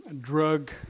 drug